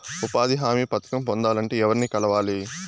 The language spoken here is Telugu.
ఉపాధి హామీ పథకం పొందాలంటే ఎవర్ని కలవాలి?